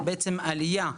יפתור את הבעיה.